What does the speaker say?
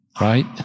Right